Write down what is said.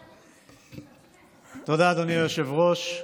תודה, אדוני היושב-ראש.